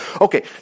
Okay